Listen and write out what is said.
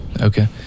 Okay